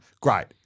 great